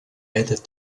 added